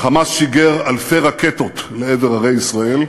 ה"חמאס" שיגר אלפי רקטות לעבר ערי ישראל,